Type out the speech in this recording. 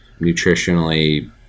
nutritionally